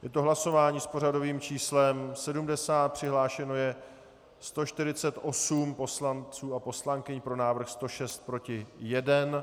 Je to hlasování s pořadovým číslem 70, přihlášeno je 148 poslanců a poslankyň, pro návrh 106, proti 1.